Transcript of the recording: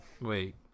Wait